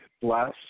bless